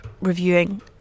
reviewing